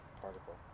Particle